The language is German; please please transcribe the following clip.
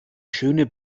schöne